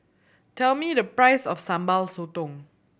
tell me the price of Sambal Sotong